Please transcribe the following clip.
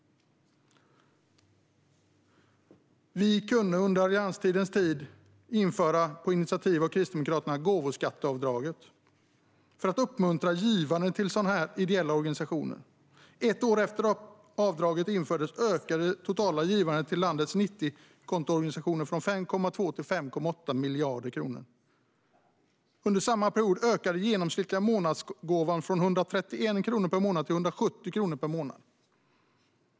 Alliansregeringen införde på initiativ av Kristdemokraterna gåvoskatteavdraget för att uppmuntra givande till ideella organisationer. Ett år efter att avdraget infördes ökade det totala givandet till landets 90-kontoorganisationer från 5,2 till 5,8 miljarder kronor. Under samma period ökade den genomsnittliga månadsgåvan från 131 kronor per månad till 170 kronor per månad.